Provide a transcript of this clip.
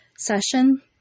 session